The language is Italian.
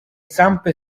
zampe